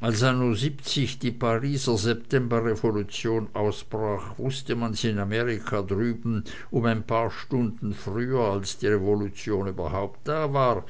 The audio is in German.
als anno siebzig die pariser septemberrevolution ausbrach wußte man's in amerika drüben um ein paar stunden früher als die revolution überhaupt da war